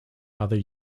other